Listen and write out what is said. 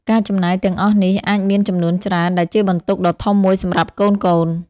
ការចំណាយទាំងអស់នេះ អាចមានចំនួនច្រើនដែលជាបន្ទុកដ៏ធំមួយសម្រាប់កូនៗ។